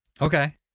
Okay